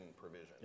provision